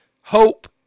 hope